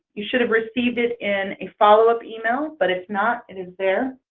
you should have received it in a follow-up email but if not it is there.